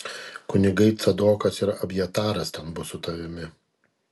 kunigai cadokas ir abjataras ten bus su tavimi